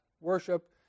worship